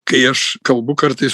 kai aš kalbu kartais